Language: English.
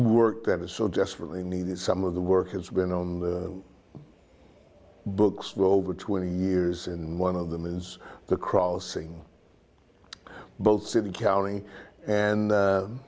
work that is so desperately needed some of the work has been on the books well over twenty years in one of the moons the crossing both city county and